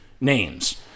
names